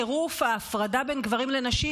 טירוף ההפרדה בין גברים לנשים,